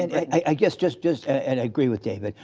i guess just just and i agree with david,